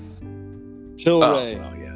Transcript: Tilray